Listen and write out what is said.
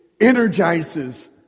energizes